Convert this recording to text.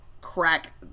crack